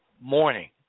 morning